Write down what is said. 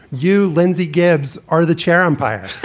you, lindsay gibbs, are the chair umpire.